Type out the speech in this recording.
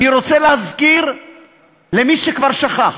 אני רוצה להזכיר למי שכבר שכח,